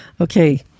Okay